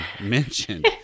mentioned